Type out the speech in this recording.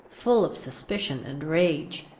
full of suspicion and rage.